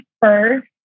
first